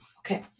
Okay